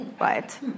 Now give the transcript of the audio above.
right